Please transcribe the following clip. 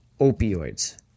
Opioids